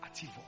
Ativo